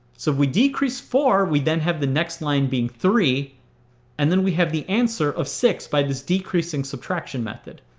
so if we decrease four we then have the next line being three and then we have the answer of six by this decreasing subtraction method.